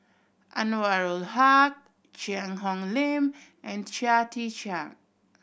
Anwarul Haque Cheang Hong Lim and Chia Tee Chiak